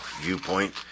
viewpoint